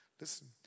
Listen